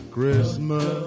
Christmas